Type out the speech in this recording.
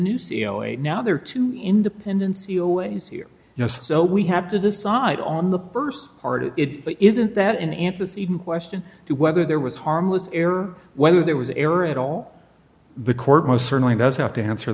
new c e o a now there are two independency always here you know so we have to decide on the first part of it but isn't that an antecedent question to whether there was harmless error whether there was a error at all the court most certainly does have to answer